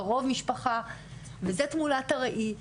קרוב משפחה וזה תמונת הראי.